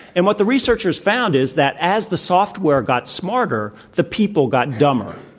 and what the researchers found is that as the software got smarter, the people got dumber.